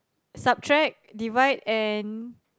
subtract divide and